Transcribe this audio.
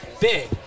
big